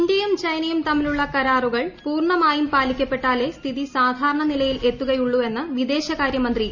ഇന്ത്യയും ചൈനയും തമ്മിലുള്ള കരാറുകൾ പൂർണമായും പാലിക്കപ്പെട്ടാലേ സ്ഥിതി സാധാരണ നിലയിലെത്തുകയുള്ളു വെന്ന് വിദേശകാര്യ മന്ത്രി എസ്